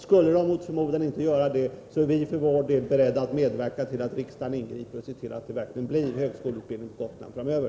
Skulle den mot förmodan inte göra det, är vi för vår del beredda att medverka till att riksdagen ingriper så att en högskoleutbildning verkligen kommer till stånd på Gotland framöver.